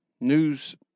news